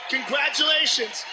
Congratulations